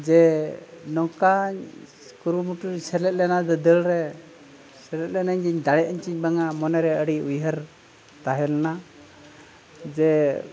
ᱡᱮ ᱱᱚᱝᱠᱟᱧ ᱠᱩᱨᱩᱢᱩᱴᱩ ᱨᱤᱧ ᱥᱮᱞᱮᱫ ᱞᱮᱱᱟ ᱫᱚ ᱫᱟᱹᱲ ᱨᱮ ᱥᱮᱞᱮᱫ ᱞᱮᱱᱟᱧ ᱫᱟᱲᱮᱭᱟᱜᱼᱟᱹᱧ ᱥᱮ ᱵᱟᱝᱼᱟ ᱢᱚᱱᱮᱨᱮ ᱟᱹᱰᱤ ᱩᱭᱦᱟᱹᱨ ᱛᱟᱦᱮᱸᱞᱮᱱᱟ ᱡᱮ